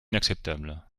inacceptable